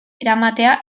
eramatea